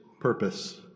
purpose